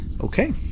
Okay